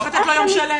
צריך לתת לו יום שלם.